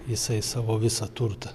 jisai savo visą turtą